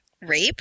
rape